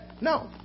No